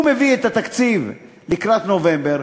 הוא מביא את התקציב לקראת נובמבר,